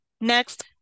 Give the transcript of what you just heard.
Next